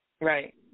right